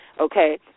Okay